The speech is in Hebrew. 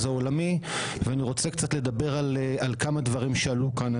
העולמי ואני רוצה לדבר על כמה דברים שעלו כאן.